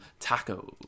tacos